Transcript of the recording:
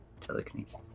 telekinesis